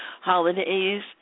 holidays